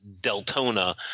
Deltona